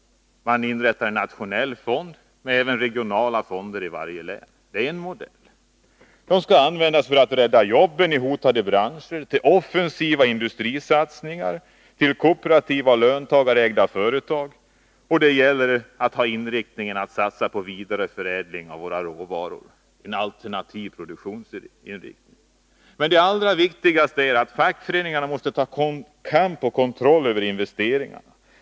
Man inrättar alltså en nationell fond med regionala fonder i varje län. Det är en modell. Samhällsfonderna skall användas för att rädda jobben i hotade branscher, till offensiva industrisatsningar och till stöd för kooperativa och löntagarägda företag. Inriktningen skall bl.a. vara att satsa på vidareförädling av våra råvaror och på en alternativ produktion. Men det allra viktigaste är att fackföreningarna måste föra en kamp för att få kontroll över investeringarna.